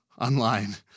online